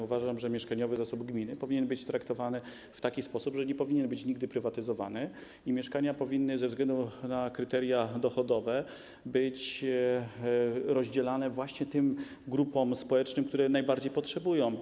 Uważam, że mieszkaniowy zasób gminy powinien być traktowany w taki sposób, że nie powinien być nigdy prywatyzowany, i mieszkania powinny ze względu na kryteria dochodowe być rozdzielane właśnie tym grupom społecznym, które najbardziej tego potrzebują.